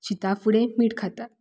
शिता फुडें मीठ खाता